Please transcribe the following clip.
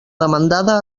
demandada